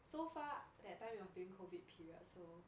so far that time it was during COVID period so